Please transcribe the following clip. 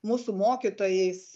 mūsų mokytojais